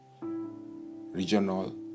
regional